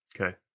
Okay